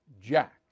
Jack